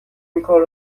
اینکار